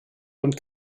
und